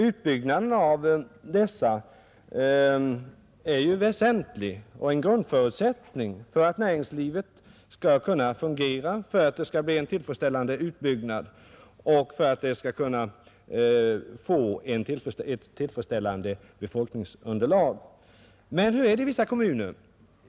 Utbyggnaden av dessa är ju väsentlig och en grundförutsättning för att näringslivet skall kunna fungera, för att det skall bli en tillfredsställande utbyggnad och för att vi skall kunna få ett tillfredsställande befolkningsunderlag. Men hur är det i vissa kommuner?